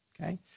okay